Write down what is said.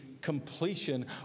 completion